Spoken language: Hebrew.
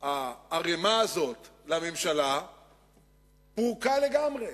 הערימה הזאת לממשלה ופורקה לגמרי,